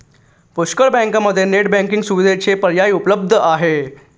पुष्कळ बँकांमध्ये net banking सुविधेचा पर्याय उपलब्ध आहे